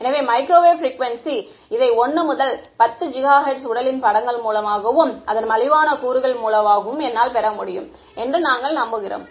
எனவே microwave frequency இதை 1 முதல் 10 ஜிகாஹெர்ட்ஸ் உடலின் படங்கள் மூலமாகவும் அதன் மலிவான கூறுகள் மூலமாகவும் என்னால் பெற முடியும் என்று நாங்கள் நம்புகிறோம்